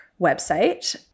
website